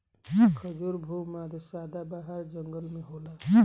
खजूर भू मध्य सदाबाहर जंगल में होला